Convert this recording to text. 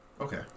Okay